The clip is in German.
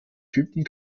typen